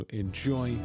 enjoy